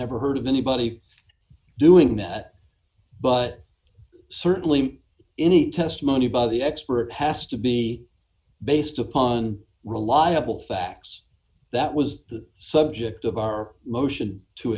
heard of anybody doing that but certainly any testimony by the expert has to be based upon reliable facts that was the subject of our motion to